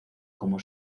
como